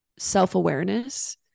self-awareness